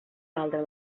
valdre